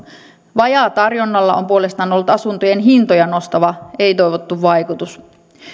vajaatarjonnalla on puolestaan ollut asuntojen hintoja nostava ei toivottu vaikutus